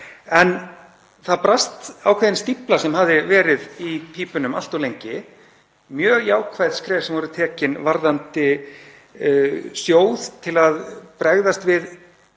Það brast ákveðin stífla sem hafði verið í pípunum allt of lengi, mjög jákvæð skref voru tekin varðandi sjóð til að bregðast við